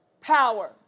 power